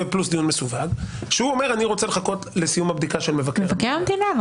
מסווג ואומר שהוא רוצה לחכות לסיום הבדיקה של מבקר המדינה.